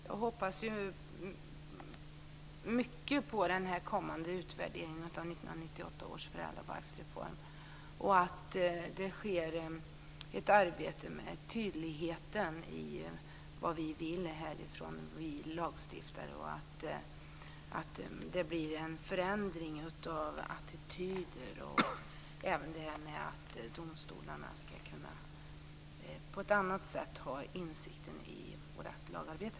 Herr talman! Jag hoppas mycket på den kommande utvärderingen av 1998 års föräldrabalksreform, att det sker ett arbete med tydligheten i det vi lagstiftare vill och att det blir en förändring av attityder. Jag hoppas även att domstolarna på ett annat sätt ska kunna ha insikt om vårt lagarbete.